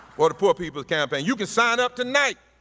for the poor people's campaign. you can sign up tonight.